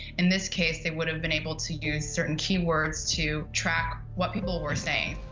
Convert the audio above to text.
in this case, they would've been able to use certain key words to track what people were saying.